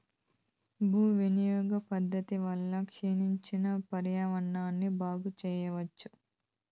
భూ వినియోగ పద్ధతి వల్ల క్షీణించిన పర్యావరణాన్ని బాగు చెయ్యచ్చు